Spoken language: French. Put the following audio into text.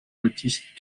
baptiste